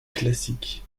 classic